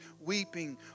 weeping